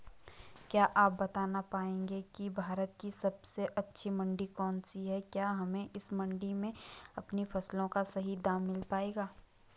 क्या आप बताना पाएंगे कि भारत की सबसे अच्छी मंडी कौन सी है क्या हमें इस मंडी में अपनी फसलों का सही दाम मिल पायेगा?